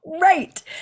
Right